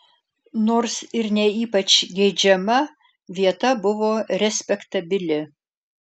nors ir ne ypač geidžiama vieta buvo respektabili